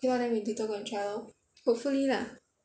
K lor then we later go and try lor hopefully lah